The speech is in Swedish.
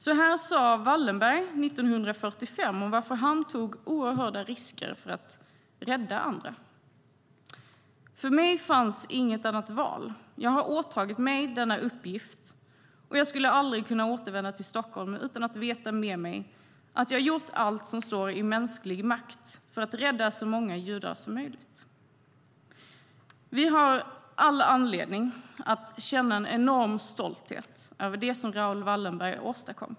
Så här sa Wallenberg 1945 om varför han tog oerhörda risker för att rädda andra: "För mig finns inget annat val. Jag har åtagit mig denna uppgift och jag skulle aldrig kunna återvända till Stockholm utan att veta med mig att jag gjort allt som står i mänsklig makt för att rädda så många judar som möjligt. "Vi har all anledning att känna en enorm stolthet över det som Raoul Wallenberg åstadkom.